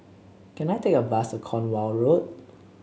can I take a bus to Cornwall Road